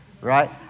Right